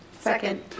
Second